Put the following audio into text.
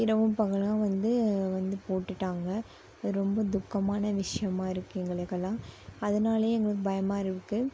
இரவும் பகலும் வந்து வந்து போட்டுவிட்டாங்க அது ரொம்ப துக்கமான விஷயமாக இருக்குது எங்களுக்கெல்லாம் அதனாலயே எங்களுக்கு பயமாக இருக்குது